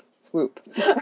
swoop